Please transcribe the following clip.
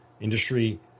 industry